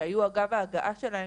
שהיו אגב ההגעה שלהם,